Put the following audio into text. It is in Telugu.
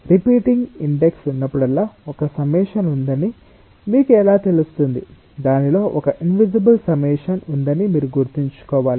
రిపీటింగ్ ఇండెక్స్ ఉన్నప్పుడల్లా ఒక సమ్మషన్ ఉందని మీకు ఎలా తెలుస్తుంది దానిలో ఒక ఇన్విజిబుల్ సమ్మషన్ ఉందని మీరు గుర్తుంచుకోవాలి